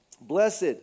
Blessed